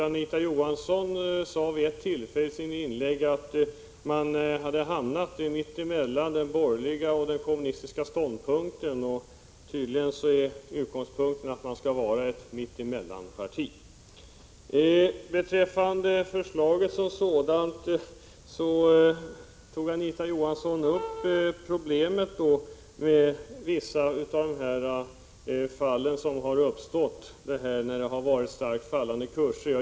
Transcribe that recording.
Anita Johansson sade nämligen vid ett tillfälle i sitt anförande att man hade hamnat mitt emellan den borgerliga och den kommunistiska ståndpunkten. Tydligen är utgångspunkten att man skall vara ett mittemellan-parti. Beträffande förslaget som sådant tog Anita Johansson upp det problem som i vissa fall har uppstått när kurserna har varit starkt fallande.